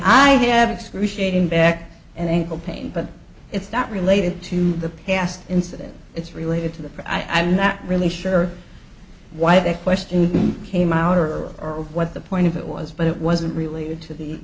i have excruciating back and ankle pain but it's not related to the past incident it's related to the i am not really sure why the question came out or or what the point of it was but it wasn't related to the